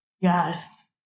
Yes